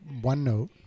OneNote